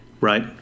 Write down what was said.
right